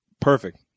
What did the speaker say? perfect